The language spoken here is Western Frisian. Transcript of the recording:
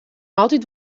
altyd